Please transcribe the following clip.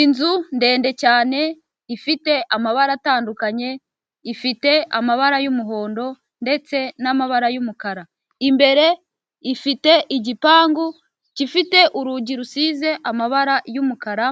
Inzu ndende cyane ifite amabara atandukanye ifite amabara y'umuhondo ndetse n'amabara y'umukara; imbere ifite igipangu gifite urugi rusize amabara y'umukara